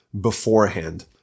beforehand